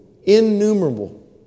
innumerable